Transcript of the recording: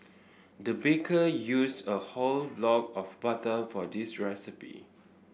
the baker used a whole block of butter for this recipe